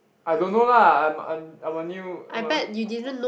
I don't know lah I'm I'm I'm a new I'm a